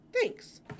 Thanks